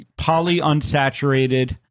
polyunsaturated